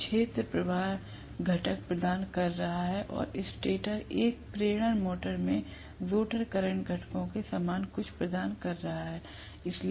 तो क्षेत्र प्रवाह घटक प्रदान कर रहा है और स्टेटर एक प्रेरण मोटर में रोटर करंट घटकों के समान कुछ प्रदान कर रहा है